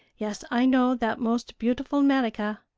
yes, i know that most beautiful merica.